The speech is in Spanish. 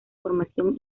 formación